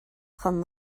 chun